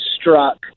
struck